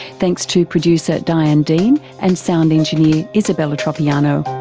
thanks to producer diane dean and sound engineer isabella tropiano.